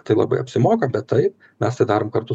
tai labai apsimoka bet taip mes tai darom kartu